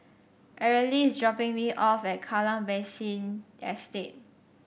Areli is dropping me off at Kallang Basin Estate